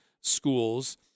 schools